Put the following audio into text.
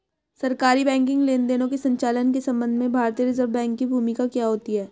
सरकारी बैंकिंग लेनदेनों के संचालन के संबंध में भारतीय रिज़र्व बैंक की भूमिका क्या होती है?